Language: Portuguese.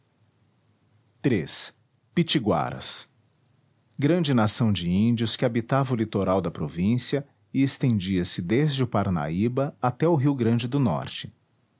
dá iii pitiguaras grande nação de índios que habitava o litoral da província e estendia-se desde o parnaíba até o rio grande do norte